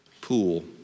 pool